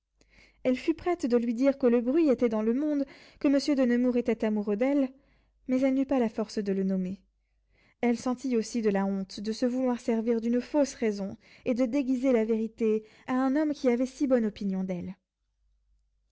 elle fut prête de lui dire que le bruit était dans le monde que monsieur de nemours était amoureux d'elle mais elle n'eut pas la force de le nommer elle sentit aussi de la honte de se vouloir servir d'une fausse raison et de déguiser la vérité à un homme qui avait si bonne opinion d'elle